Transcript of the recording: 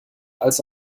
als